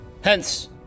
Hence